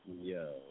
Yo